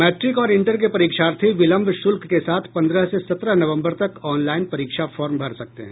matric और inter के परीक्षार्थी विलंब शुल्क के साथ पंद्रह से सत्रह नवम्बर तक ऑनलाइन परीक्षा फॉर्म भर सकते हैं